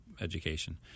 education